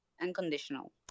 Unconditional